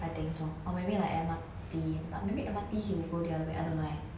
I think so or maybe like M_R_T but maybe M_R_T he will go the other way I don't know eh